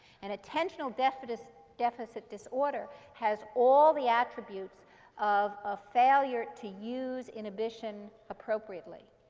and attentional deficit deficit disorder has all the attributes of a failure to use inhibition appropriately.